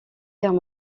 guerre